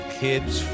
kids